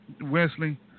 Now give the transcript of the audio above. Wesley